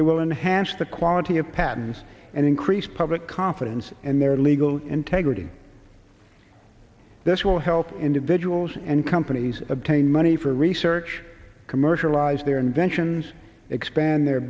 it will enhance the quality of patents and increase public confidence and their legal integrity this will help individuals and companies obtain money for research commercialize their inventions expand their